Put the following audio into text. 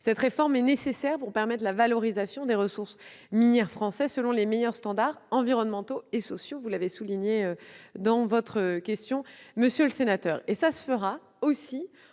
Cette réforme est nécessaire pour permettre la valorisation des ressources minières françaises selon les meilleurs standards environnementaux et sociaux, comme vous-même l'avez souligné, monsieur le sénateur.